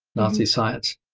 nazi science.